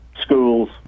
schools